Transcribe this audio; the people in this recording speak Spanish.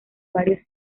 varios